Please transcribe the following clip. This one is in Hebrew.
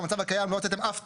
במצב הקיים לא הוצאתם אף צו,